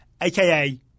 aka